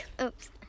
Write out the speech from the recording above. oops